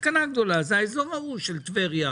הסכנה הגדולה זה האזור ההוא של טבריה,